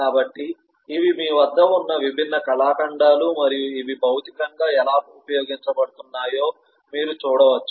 కాబట్టి ఇవి మీ వద్ద ఉన్న విభిన్న కళాఖండాలు మరియు ఇవి భౌతికంగా ఎలా ఉపయోగించబడుతున్నాయో మీరు చూడవచ్చు